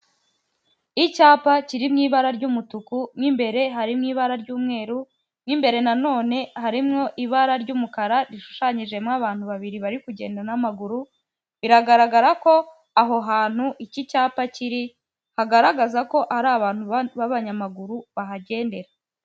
Icyapa kiri mu ibara ry'umutuku mo imbere hari n'ibara ry'umweru mo imbere nano harimo ibara ry'umukara rishushanyijemo abantu babiri bari kugenda n'amaguru, biragaragara ko aho hantu iki cyapa kiri hagaragaza ko hari abantu b'abanyamaguru bahagendera.